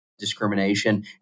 discrimination